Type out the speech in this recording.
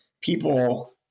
people